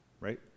right